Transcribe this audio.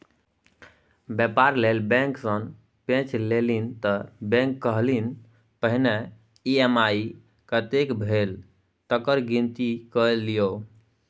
बेपार लेल बैंक सँ पैंच लेलनि त बैंक कहलनि पहिने ई.एम.आई कतेक भेल तकर गिनती कए लियौ